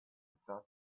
thought